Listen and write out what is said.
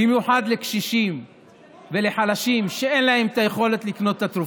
במיוחד לקשישים ולחלשים שאין להם את היכולת לקנות את התרופות.